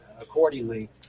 accordingly